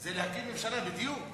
זה להקים ממשלה בדיוק.